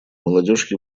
молодежь